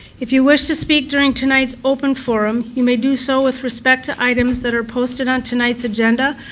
if you wish to speak during tonight's open forum, you may do so with respect to items that are posted on tonight's agenda,